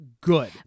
good